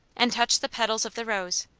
and touched the petals of the rose.